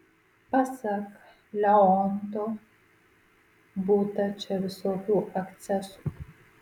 pasak leonto būta čia visokių akcesų